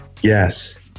Yes